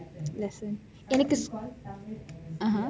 lesson (uh huh)